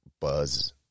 buzz